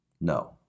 No